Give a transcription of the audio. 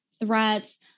threats-